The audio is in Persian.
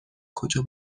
کجا